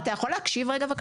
אתה יכול להקשיב רגע בבקשה?